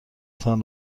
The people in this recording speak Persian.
تان